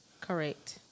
Correct